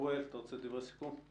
אוריאל, אתה רוצה דברי סיכום?